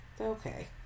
Okay